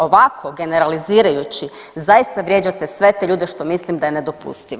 Ovako generalizirajući zaista vrijeđate sve te ljude što mislim da je nedopustivo.